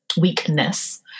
weakness